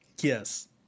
Yes